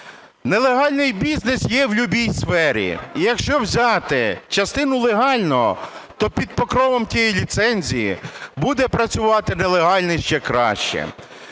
Нелегальний бізнес є в любій сфері і якщо взяти частину легального, то під покровом тієї ліцензії буде працювати нелегальний ще краще.